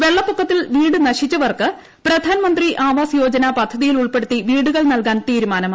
വെള്ളപ്പൊക്കത്തിൽ വീട് നശിച്ചവർക്ക് പ്രപ്രധാൻ മന്ത്രി ആവാസ് യോജന പദ്ധതിയിൽ ഉൾപ്പെടുത്തി വീടുകൾ നൽകാൻ തീരുമാനമായി